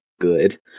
good